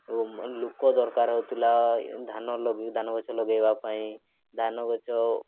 ଲୋକ ଦରକାର ହେଉଥିଲା ଧାନ ଲଗାଇ ଧାନ ଗଛ ଲଗାଇବା ପାଇଁ ଧାନ ଗଛ